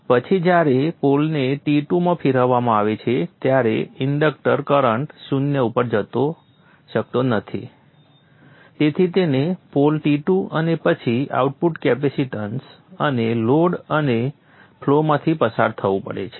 પછી જ્યારે પોલને T2 માં ફેરવવામાં આવે છે ત્યારે ઇન્ડક્ટર કરંટ શૂન્ય ઉપર જઈ શકતો નથી તેથી તેને પોલ T2 અને પછી આઉટપુટ કેપેસિટન્સ અને લોડ અને ફ્લોમાંથી પસાર થવું પડે છે